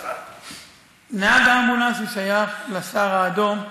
נהג האמבולנס שייך לסהר האדום,